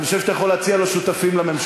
אבל אני חושב שאתה יכול להציע לו שותפים לממשלה.